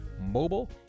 mobile